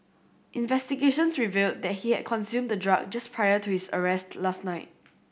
investigations revealed that he had consumed the drug just prior to his arrest last night